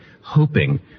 hoping